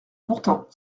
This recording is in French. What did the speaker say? pourtant